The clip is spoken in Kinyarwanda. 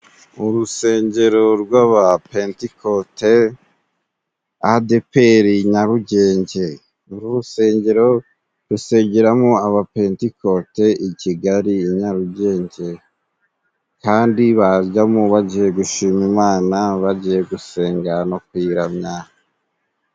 Urusengero rw'abapenticote adeperi Nyarugenge, uru rusengero rusengeramo abapentikote i Kigali i Nyarugenge, kandi bajyamo bagiye gushima Imana bagiye gusenga no kuyiramya.